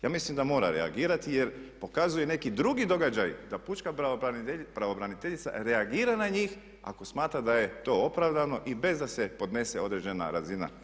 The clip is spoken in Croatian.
Ja mislim da mora reagirati jer pokazuje neki drugi događaj da pučka pravobraniteljica reagira na njih ako smatra da je to opravdano i bez da se podnese određena razina